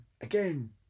again